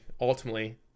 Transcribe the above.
ultimately